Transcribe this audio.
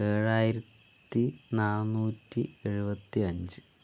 ഏഴായിരത്തി നാന്നൂറ്റി എഴുപത്തി അഞ്ച്